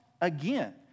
Again